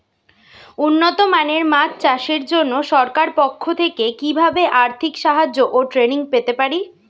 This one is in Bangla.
উন্নত মানের মাছ চাষের জন্য সরকার পক্ষ থেকে কিভাবে আর্থিক সাহায্য ও ট্রেনিং পেতে পারি?